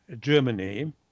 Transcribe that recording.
Germany